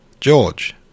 George